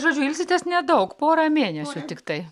žodžiu ilsitės nedaug porą mėnesių tiktai